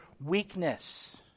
weakness